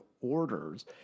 orders